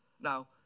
Now